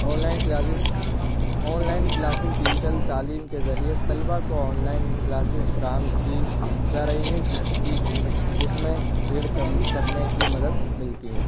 on line classes online classes digital تعلیم کے ذریعے طلبہ کو آن لائن کلاسز فراہم کی جا رہی ہے جس کی بھیڑ جس میں بھیڑ کم کرنے کی مدد ملتی ہے